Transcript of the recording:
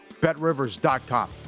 betrivers.com